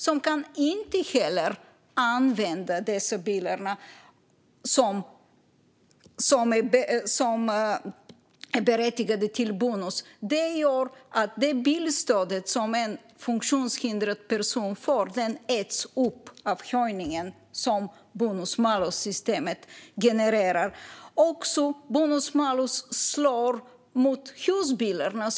De kan inte heller använda de bilar som är berättigade till bonus. Det gör att det bilstöd som en funktionshindrad person får äts upp av höjningen som bonus-malus-systemet genererar. Bonus-malus slår också mot husbilarna.